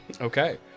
Okay